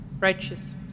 Righteous